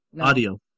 Audio